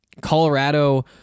Colorado